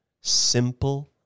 simple